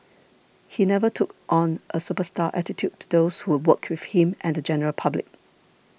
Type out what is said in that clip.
he never took on a superstar attitude to those who worked with him and the general public